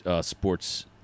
sports